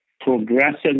progressive